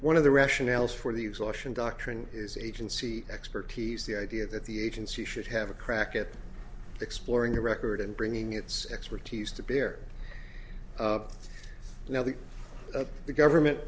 one of the rationales for the exhaustion doctrine is agency expertise the idea that the agency should have a crack at exploring a red heard and bringing its expertise to bear now that the government